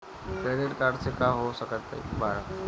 Credit card से का हो सकइत बा?